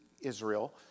Israel